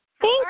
Thank